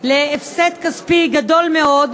הפסד כספי גדול מאוד,